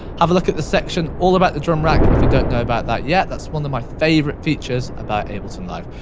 have a look at the section all about the drum rack if you don't know about that yet. that's one of my favourite features about ableton live.